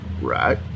right